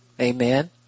Amen